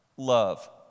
love